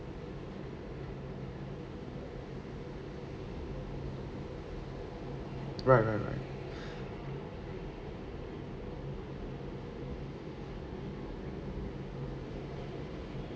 right right right